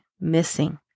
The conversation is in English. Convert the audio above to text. missing